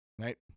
Right